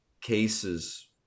cases